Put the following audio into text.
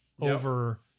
over